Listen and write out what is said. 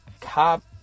cop